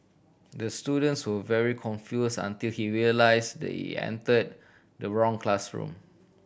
the students were very confuse until he realise the entered the wrong classroom